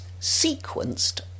sequenced